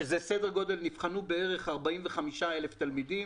שזה בערך 45,000 תלמידים